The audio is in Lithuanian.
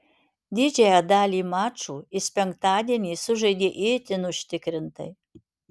didžiąją dalį mačų jis penktadienį sužaidė itin užtikrintai